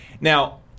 Now